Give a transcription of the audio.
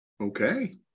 Okay